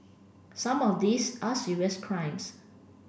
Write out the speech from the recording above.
some of these are serious crimes